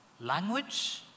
language